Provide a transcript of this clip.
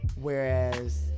Whereas